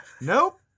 Nope